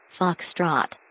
Foxtrot